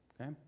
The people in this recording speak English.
Okay